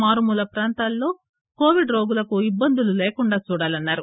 మారుమూల ప్రాంతాల్లో కోవిడ్ రోగులకు ఇబ్బందులు లేకుండా చూడాలన్నారు